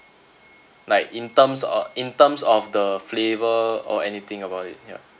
like in terms of in terms of the flavour or anything about it yeah